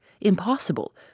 Impossible